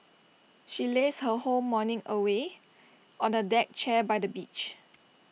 she lazed her whole morning away on A deck chair by the beach